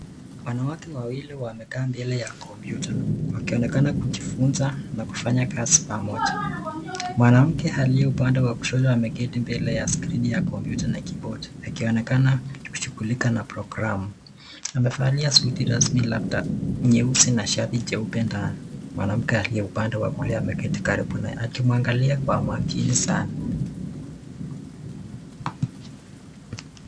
Wanawake wawili wamekaa mbele ya (cs)computer(cs) wakionekana kujifunza na kufanya kazi pamoja. Mwanamke aliye upande Wa kushoto ameketi mbele ya skrini ya (cs)computer(cs) na kiboti . Akionekana akishugulika na (cs)programu(cs). Amevalia suti rasmi labda nyeusi na shati jeupe ndani . Alafu Mwanamke aliyeupande Wa kulia ameketi karibu na yeye akimwangalia kwa makini sana.